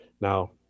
Now